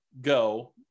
go